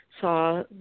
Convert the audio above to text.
saw